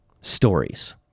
stories